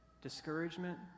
discouragement